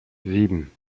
sieben